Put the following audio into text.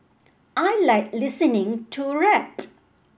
I like listening to rap